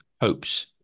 hopes